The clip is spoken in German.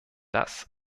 das